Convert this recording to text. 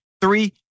three